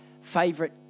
favorite